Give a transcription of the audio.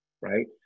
right